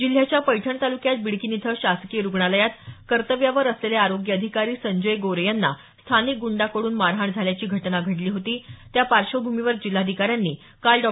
जिल्ह्याच्या पैठण तालुक्यात बिडकीन इथं शासकीय रुग्णालयात कर्तव्यावर असलेले आरोग्य अधिकारी संजय गोरे यांना स्थानिक ग्रंडाकडून मारहाण झाल्याची घटना घडली होती त्या पार्श्वभूमीवर जिल्हाधिकाऱ्यांनी काल डॉ